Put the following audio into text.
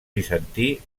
bizantí